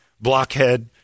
blockhead